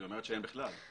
היא אומרת שאין בכלל.